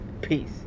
Peace